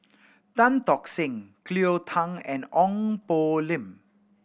Tan Tock Seng Cleo Thang and Ong Poh Lim